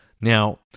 Now